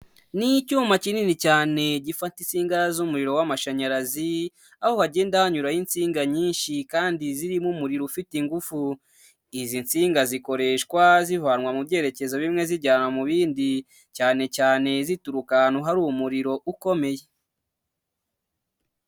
Ni icyuma kinini cyane gifata isiga z'umuriro w'amashanyarazi, aho hagenda hanyuraho insinga nyinshi kandi zirimo umuriro ufite ingufu, izi nsinga zikoreshwa zivanwa mu byerekezo bimwe zijyanwa mu bindi cyane cyane zituruka ahantu hari umuriro ukomeye.